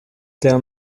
der